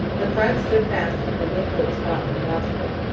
the front stood fast under winfield scott and wadsworth.